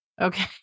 Okay